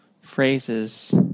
phrases